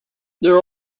there